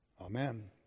amen